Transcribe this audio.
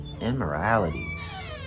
immoralities